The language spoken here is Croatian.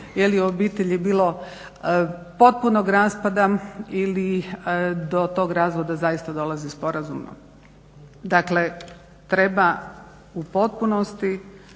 je li u obitelji bilo potpunog raspada ili do tog razvoda zaista dolazi sporazumno. Dakle, treba u potpunosti